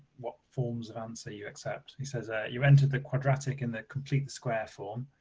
what forms of answer you accept, he says ah you entered the quadratic in the complete the square form,